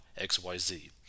XYZ